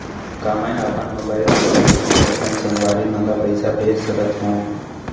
का मैं अपन मोबाइल से पड़ही अपन संगवारी मन ल पइसा भेज सकत हो?